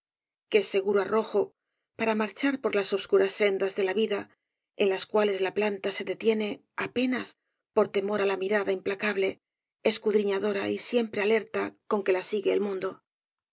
qué seguro arrojo para marchar por las obscuras sendas de la vida en las cuales la planta se detiene apenas por temor á la mirada implacable escudriñadora y siempre alerta con que la sigue el mundo